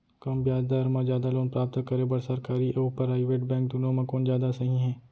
कम ब्याज दर मा जादा लोन प्राप्त करे बर, सरकारी अऊ प्राइवेट बैंक दुनो मा कोन जादा सही हे?